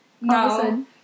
No